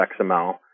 XML